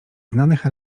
znanych